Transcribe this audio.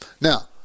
Now